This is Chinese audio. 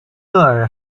厄尔